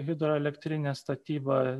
hidroelektrinės statyba